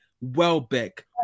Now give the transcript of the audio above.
Welbeck